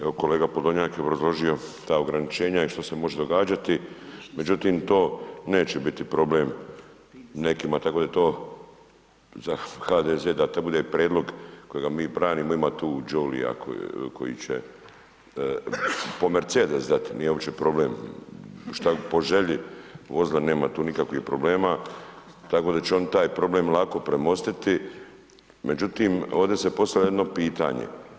Evo kolega Podolnjak je obrazložio ta ograničenja i što se može događati međutim to neće biti problem nekima tako da je to HDZ da to bude prijedlog kojega mi branimo, ima tu ... koji će po Mercedes dat, nije uopće problem, šta im je po želji vozila, nema tu nikakvih problema tako da će oni taj problem lako premostiti međutim ovdje se postavlja jedno pitanje.